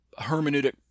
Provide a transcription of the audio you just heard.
hermeneutic